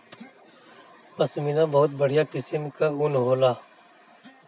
पश्मीना बहुत बढ़िया किसिम कअ ऊन होला